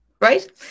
right